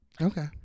Okay